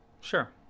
sure